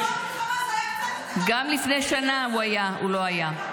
בזמן מלחמה זה היה קצת יותר חשוב --- גם לפני שנה הוא לא היה.